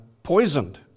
Poisoned